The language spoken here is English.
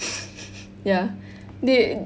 ya they